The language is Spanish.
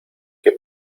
que